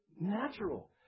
natural